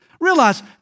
Realize